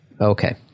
Okay